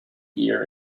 ear